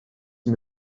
zum